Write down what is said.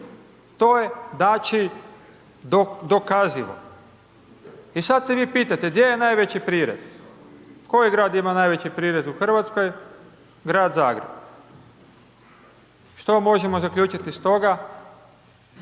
to je znači dokazivo. I sada se vi pitate gdje je najveći prirez? Koji grad ima najveći prirez u Hrvatskoj? Grad Zagreb. Što možemo zaključiti iz toga?